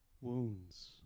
wounds